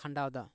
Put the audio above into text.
ᱠᱷᱟᱱᱰᱟᱣ ᱫᱟ